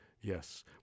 yes